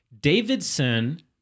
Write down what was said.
Davidson